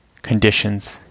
conditions